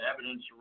evidence